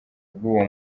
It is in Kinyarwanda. bw’uwo